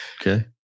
Okay